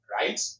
right